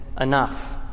enough